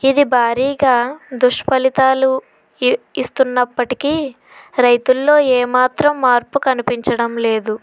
ఇది భారీగా దుష్ఫలితాలు ఇ ఇస్తున్నప్పటికీ రైతుల్లో ఏమాత్రం మార్పు కనిపించడం లేదు